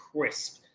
crisp